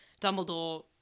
Dumbledore